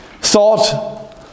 thought